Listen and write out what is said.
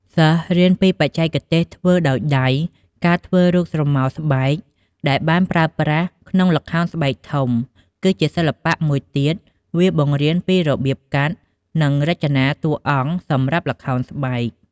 សិស្សរៀនពីបច្ចេកទេសធ្វើដោយដៃ ការធ្វើរូបស្រមោលស្បែក ដែលបានប្រើប្រាស់ក្នុងល្ខោនស្បែកធំ គឺជាសិល្បៈមួយទៀត វាបង្រៀនពីរបៀបកាត់ និងរចនាតួអង្គសម្រាប់ល្ខោនស្បែក។